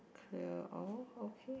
clear all okay